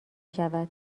شود